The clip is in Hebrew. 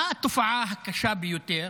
מה התופעה הקשה ביותר